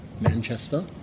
Manchester